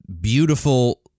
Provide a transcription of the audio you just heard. beautiful